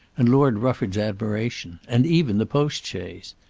and lord rufford's admiration, and even the postchaise.